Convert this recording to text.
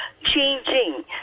changing